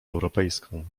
europejską